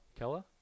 Kella